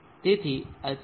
તેથી આ 7